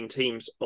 teams